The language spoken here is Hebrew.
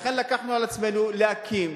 לכן לקחנו על עצמנו להקים,